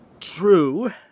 True